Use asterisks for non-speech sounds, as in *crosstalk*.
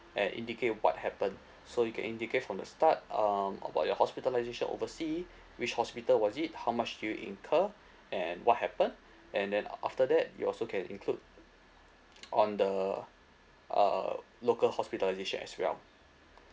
and indicate what happened *breath* so you can indicate from the start um about your hospitalisation oversea *breath* which hospital was it how much do you incurred and what happened and then after that you also can include on the uh local hospitalisation as well